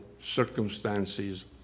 circumstances